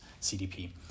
CDP